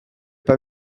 pas